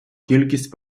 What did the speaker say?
кількість